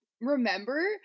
remember